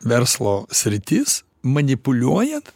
verslo sritis manipuliuojant